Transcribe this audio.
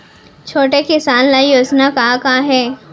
छोटे किसान ल योजना का का हे?